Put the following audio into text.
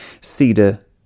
cedar